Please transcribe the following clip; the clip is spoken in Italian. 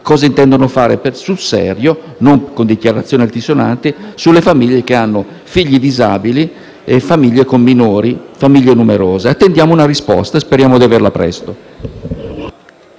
cosa intendono fare sul serio, e non con dichiarazioni altisonanti, con le famiglie che hanno figli disabili e con le famiglie numerose con minori. Ripeto che attendiamo una risposta e speriamo di averla presto.